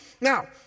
Now